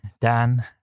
Dan